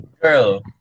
Girl